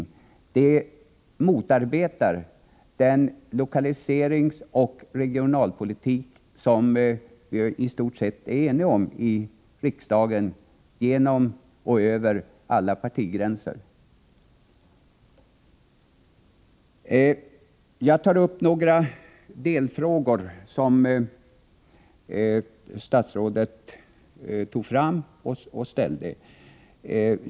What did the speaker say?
Härigenom motarbetas den lokaliseringsoch regionalpolitik som vi i stort sett är eniga om i riksdagen, över alla partigränser. Jag tar upp några delfrågor som statsrådet lyfte fram.